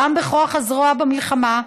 גם בכוח הזרוע במלחמה,